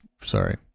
Sorry